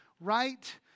right